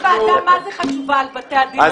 יש לי ועדה מה זה חשובה על בתי הדין --- בבקשה.